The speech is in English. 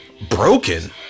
Broken